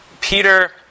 Peter